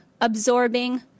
absorbing